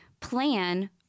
plan